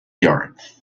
yards